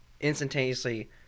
instantaneously